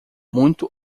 muito